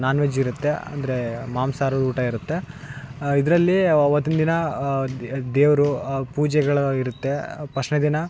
ನಾನ್ veg ಇರುತ್ತೆ ಅಂದರೆ ಮಾಂಸಹಾರ ಊಟ ಇರುತ್ತೆ ಇದರಲ್ಲಿ ಆವತ್ತಿಂದಿನ ದೇವರು ಆ ಪೂಜೆಗಳಾಗಿರುತ್ತೆ ಫಸ್ಟ್ನೆ ದಿನ